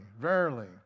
verily